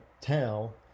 tell